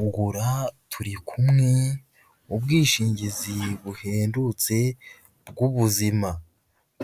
Gugura turikumwe, ubwishingizi buhendutse bw'ubuzima,